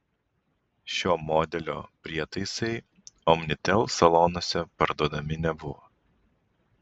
šio modelio prietaisai omnitel salonuose parduodami nebuvo